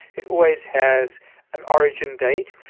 it always has an origin date,